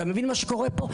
אתה מבין מה קורה פה?